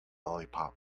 lollipop